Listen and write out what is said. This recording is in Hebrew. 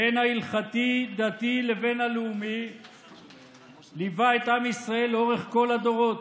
בין ההלכתי-דתי לבין הלאומי ליווה את עם ישראל לאורך כל הדורות,